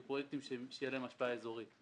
פרויקטים שיהיו להם השפעה אזורית.